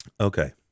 Okay